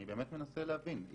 אני באמת מנסה להבין.